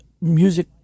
music